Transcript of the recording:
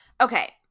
okay